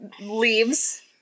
leaves